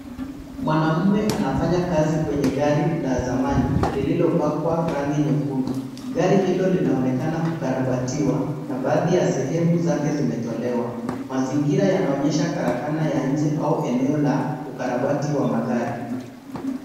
Mwanaume anafanya kazi kwenye gari la zamani lililopakwa rangi nyekundu. Gari hilo linaonekana kukarabatiwa na baadhi ya sehemu zake zimetolewa. Mazingira yanaonyesha karakana ya nje au eneo la ukarabati wa magari.